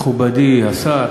מכובדי השר,